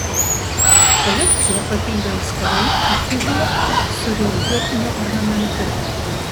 kolekciją papildė auskarai ir fibula su reljefiniu ornamentu